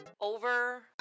Over